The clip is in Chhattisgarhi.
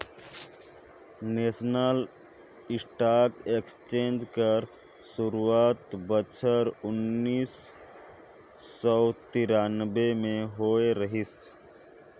नेसनल स्टॉक एक्सचेंज कर सुरवात बछर उन्नीस सव बियानबें में होए रहिस